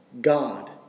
God